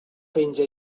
penja